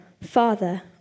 Father